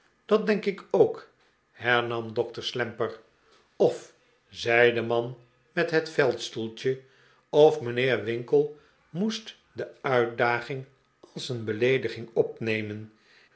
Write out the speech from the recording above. dat denk ik ook hernam dokter slammer of zei de man met het veldstoeltje r of mijnheer winkle moest de uitdaging als een beleediging opnemen